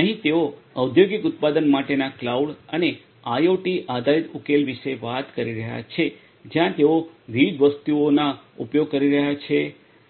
અહીં તેઓ ઔદ્યોગિક ઉત્પાદન માટેના ક્લાઉડ અને આઇઓટી આધારિત ઉકેલ વિશે વાત કરી રહ્યા છે જ્યાં તેઓ વિવિધ વસ્તુઓનો ઉપયોગ કરી રહ્યાં છે